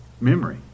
Memory